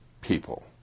people